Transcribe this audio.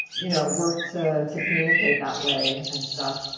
you know, work to to communicate that way and stuff.